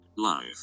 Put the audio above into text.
Life